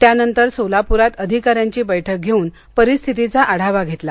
त्यानंतर सोलापूरात अधिकाऱ्यांची बैठक धेवून परिस्थितीचा आढावा घेतला